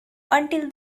until